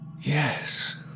Yes